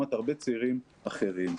לעומת הרבה צעירים אחרים.